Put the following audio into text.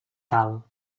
tal